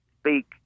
speak